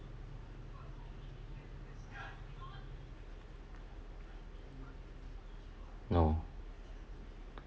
no